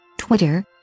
Twitter